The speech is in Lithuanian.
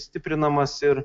stiprinamas ir